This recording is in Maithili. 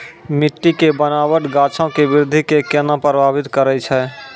मट्टी के बनावट गाछो के वृद्धि के केना प्रभावित करै छै?